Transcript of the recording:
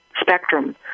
spectrum